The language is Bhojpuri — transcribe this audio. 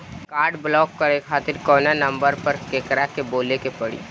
काड ब्लाक करे खातिर कवना नंबर पर केकरा के बोले के परी?